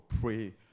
pray